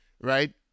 Right